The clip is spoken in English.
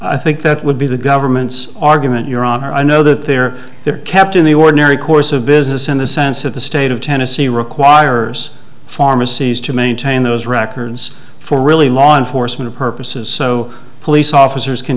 i think that would be the government's argument your honor i know that they're they're kept in the ordinary course of business in the sense of the state of tennessee requires pharmacies to maintain those records for really law enforcement purposes so police officers can